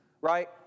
right